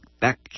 back